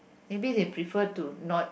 maybe they prefer to not